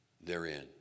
therein